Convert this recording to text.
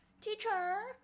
teacher